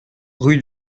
rue